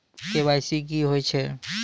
KYC की होय छै?